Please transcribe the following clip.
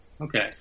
Okay